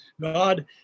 God